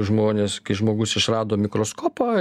žmonės kai žmogus išrado mikroskopą